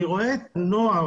אני רואה נוער.